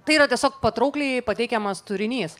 tai yra tiesiog patraukliai pateikiamas turinys